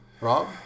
Rob